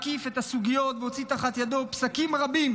הקיף את הסוגיות והוציא תחת ידו פסקים רבים